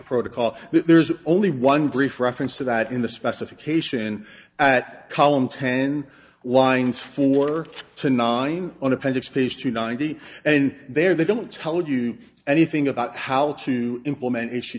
protocol there's only one brief reference to that in the specification at column ten lines four to nine on appendix page to ninety and there they don't tell you anything about how to implement